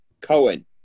Cohen